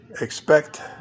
Expect